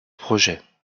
projets